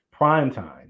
primetime